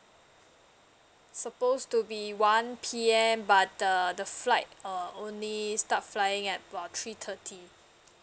supposed to be one P_M but uh the flight err only start flying at about three thirty